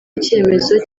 icyemezo